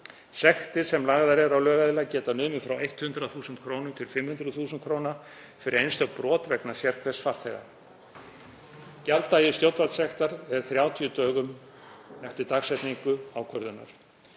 Sektir sem lagðar eru á lögaðila geta numið frá 100 þús. kr. til 500 þús. kr. fyrir einstök brot vegna sérhvers farþega. Gjalddagi stjórnvaldssektar er 30 dögum eftir dagsetningu ákvörðunar.